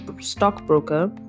stockbroker